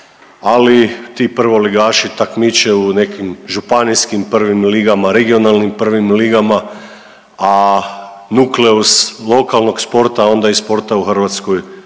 ali ti prvoligaši takmiče u nekim županijskim prvim ligama, regionalnim prvim ligama, a nukleus lokalnog sporta, a onda i sporta u Hrvatskoj